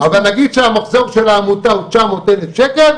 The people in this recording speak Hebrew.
אבל נגיד שהמחזור של העמותה הוא תשע מאות אלף שקל,